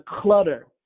clutter